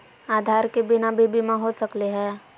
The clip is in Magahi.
आधार के बिना भी बीमा हो सकले है?